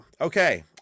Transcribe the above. Okay